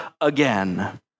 again